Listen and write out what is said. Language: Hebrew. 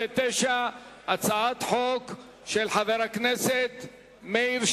רבותי, הצעת החוק נתקבלה בקריאה טרומית,